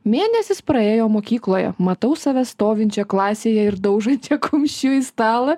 mėnesis praėjo mokykloje matau save stovinčią klasėje ir daužančią kumščiu į stalą